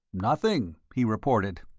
nothing, he reported.